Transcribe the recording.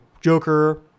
Joker